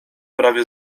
prawie